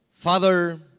Father